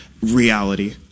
reality